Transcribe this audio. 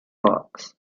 hawks